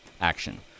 action